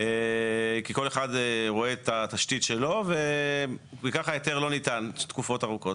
כי כל אחד רואה את התשתית שלו וככה היתר לא ניתן תקופות ארוכות.